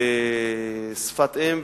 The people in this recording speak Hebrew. בשפת אם,